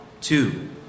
two